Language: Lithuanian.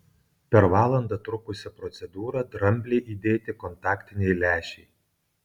per valandą trukusią procedūrą dramblei įdėti kontaktiniai lęšiai